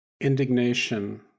indignation